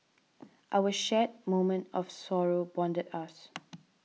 our shared moment of sorrow bonded us